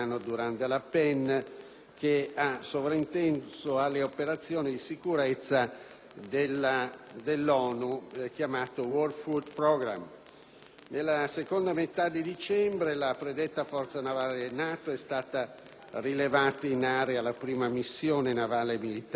ha sovrainteso alle operazioni di sicurezza del World Food Programme dell'ONU; nella seconda metà di dicembre la predetta forza navale della NATO è stata rilevata in area dalla prima missione navale militare dell'Unione europea,